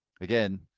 again